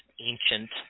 ancient